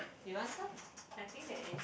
you want some I think there is